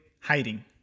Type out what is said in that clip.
hiding